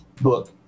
book